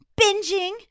binging